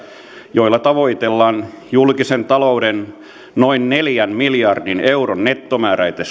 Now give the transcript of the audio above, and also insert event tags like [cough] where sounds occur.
joilla tavoitellaan julkisen talouden noin neljän miljardin euron nettomääräistä [unintelligible]